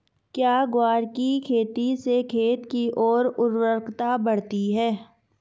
क्या ग्वार की खेती से खेत की ओर उर्वरकता बढ़ती है?